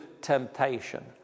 temptation